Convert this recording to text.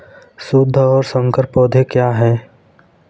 शुद्ध और संकर पौधे क्या हैं?